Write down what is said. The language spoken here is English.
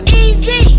easy